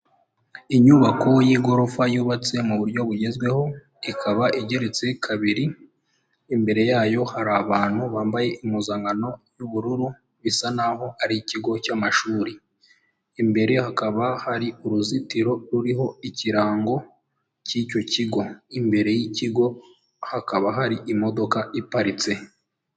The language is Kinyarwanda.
Inyubako y'igorofa yubatse mu buryo bugezweho ikaba igeretse kabiri imbere yayo hari abantu bambaye impuzankano y'ubururu, bisa naho ari ikigo cy'amashuri imbere hakaba hari uruzitiro ruriho ikirango cy'icyo kigo, imbere y'ikigo hakaba hari imodoka iparitse.